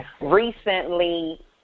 Recently